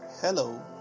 Hello